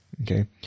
okay